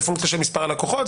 זו פונקציה של מספר הלקוחות,